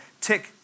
tick